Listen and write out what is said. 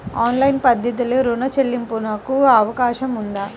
Online పద్ధతిలో రుణ చెల్లింపునకు అవకాశం ఉందా?